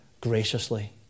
Graciously